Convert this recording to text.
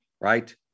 right